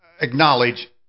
acknowledge